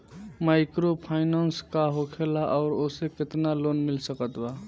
Microfinance का होखेला और ओसे केतना लोन मिल सकत बा?